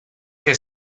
que